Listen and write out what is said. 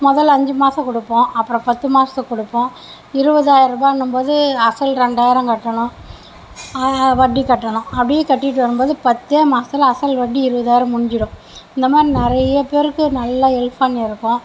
முதல்ல அஞ்சு மாதம் கொடுப்போம் அப்புறம் பத்து மாதத்துக்கு கொடுப்போம் இருபதாயரருபான்னும்போது அசல் ரெண்டாயரம் கட்டணும் வட்டி கட்டணும் அப்படியே கட்டிட்டு வரும்போது பத்தே மாதத்துல அசல் வட்டி இருபதாயரம் முடிஞ்சுடும் இந்த மாதிரி நிறையா பேருக்கு நல்லா ஹெல்ப் பண்ணியிருக்கோம்